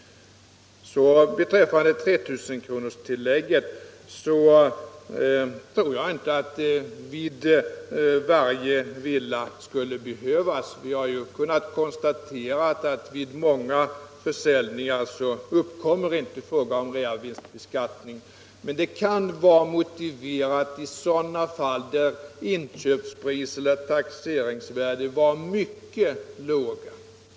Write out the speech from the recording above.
Beträffande 3 000-kronorstillägget tror jag inte att det alltid skulle behövas ett sådant. Vi har ju konstaterat att det vid många försäljningar inte uppkommer någon reavinsbeskattning, men tillägget kan vara motiverat i sådana fall där inköpspris eller taxeringsvärde varit mycket låga.